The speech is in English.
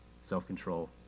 self-control